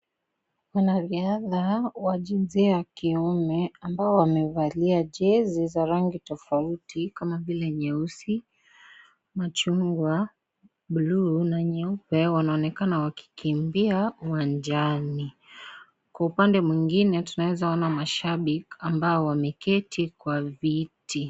Wanariadha, wa jinsia ya kiume ,ambao wamevalia jezi za rangi tofauti kama vile, nyeusi, machungwa, blue na nyeupe, wanaonekana wakikimbia uwanjani. Kwa upande mwingine, tunaeza ona mashabiki, ambao wameketi kwa viti.